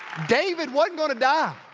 david wasn't gonna die.